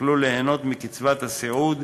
יוכלו ליהנות מקצבת הסיעוד,